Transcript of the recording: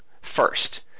first